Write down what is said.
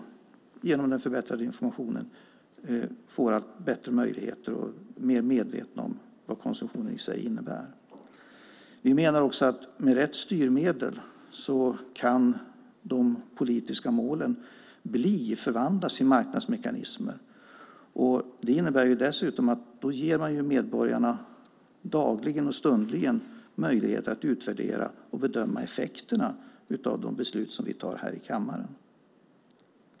Genom den förbättrade informationen får de bättre möjligheter att bli medvetna om vad konsumtionen i sig innebär. Vi menar att med rätt styrmedel kan de politiska målen förvandlas till marknadsmekanismer. Det innebär dessutom att man dagligen och stundligen ger medborgarna möjligheter att utvärdera och bedöma effekterna av de beslut som vi fattar här i kammaren.